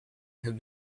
have